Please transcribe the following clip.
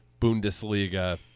Bundesliga